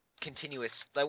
continuous